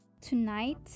Tonight